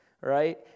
Right